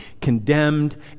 condemned